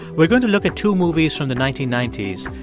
we're going to look at two movies from the nineteen ninety s,